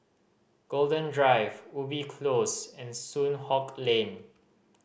Golden Drive Ubi Close and Soon Hock Lane